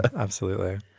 absolutely